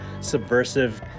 subversive